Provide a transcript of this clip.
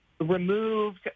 removed